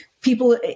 people